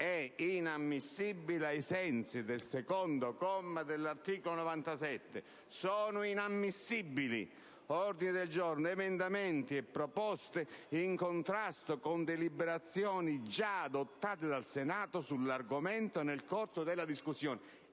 è inammissibile, ai sensi del comma 2 dell'articolo 97: «Sono inammissibili ordini del giorno, emendamenti e proposte in contrasto con deliberazioni già adottate dal Senato sull'argomento nel corso della discussione».